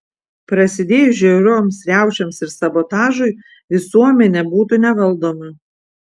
prasidėjus žiaurioms riaušėms ir sabotažui visuomenė būtų nevaldoma